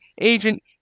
agent